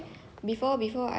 actually I like the books